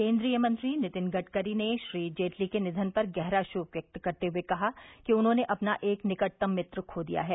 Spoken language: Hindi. केन्द्रीय मंत्री नितिन गडकरी ने श्री जेटली के निघन पर गहरा शोक व्यक्त करते हुए कहा कि उन्होंने अपना एक निकटतम मित्र खो दिया है